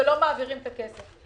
ולא מעבירים את הכסף.